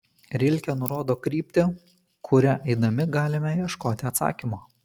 rilke nurodo kryptį kuria eidami galime ieškoti atsakymo